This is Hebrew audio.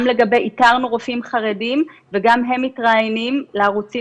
גם איתרנו רופאים חרדים וגם הם מתראיינים לערוצים